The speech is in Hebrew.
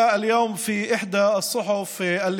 (אומר בערבית: באחד העיתונים